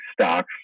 stocks